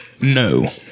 No